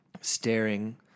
staring